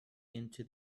into